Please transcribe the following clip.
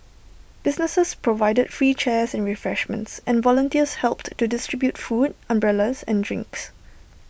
businesses provided free chairs and refreshments and volunteers helped to distribute food umbrellas and drinks